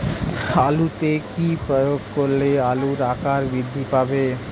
আলুতে কি প্রয়োগ করলে আলুর আকার বৃদ্ধি পাবে?